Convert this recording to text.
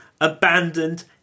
abandoned